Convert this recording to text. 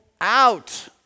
out